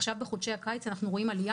עכשיו בחודשי הקיץ אנחנו רואים עלייה